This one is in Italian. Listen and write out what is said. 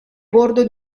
bordo